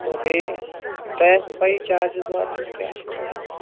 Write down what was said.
تہٕ بیٚیہِ تۅہہِ آسوٕ پیی چارجِس وارجِس کیٛاہ چھِ گژھان